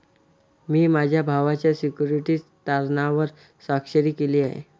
मी माझ्या भावाच्या सिक्युरिटीज तारणावर स्वाक्षरी केली आहे